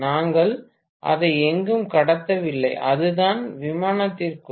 நாங்கள் அதை எங்கும் கடத்தவில்லை அதுதான் விமானத்திற்குள்